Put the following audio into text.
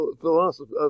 philosophy